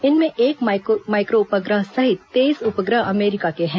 इनमें एक माइक्रो उपग्रह सहित तेईस उपग्रह अमरीका के हैं